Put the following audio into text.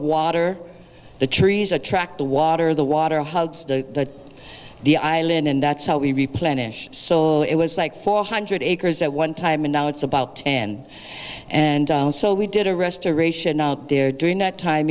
water the trees attract the water the water hugs the the island and that's how we replenish so it was like four hundred acres at one time and now it's about and and so we did a restoration out there during that time